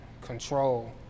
control